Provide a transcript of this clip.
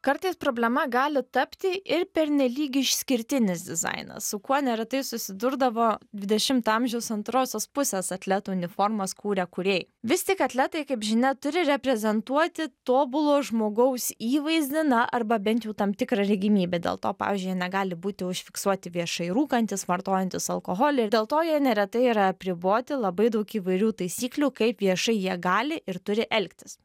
kartais problema gali tapti ir pernelyg išskirtinis dizainas su kuo neretai susidurdavo dvidešimto amžiaus antrosios pusės atletų uniformas kūrę kūrėjai vis tik atletai kaip žinia turi reprezentuoti tobulo žmogaus įvaizdį na arba bent jau tam tikrą regimybę dėl to pavyzdžiui negali būti užfiksuoti viešai rūkantys vartojantys alkoholį ir dėl to jie neretai yra apriboti labai daug įvairių taisyklių kaip viešai jie gali ir turi elgtis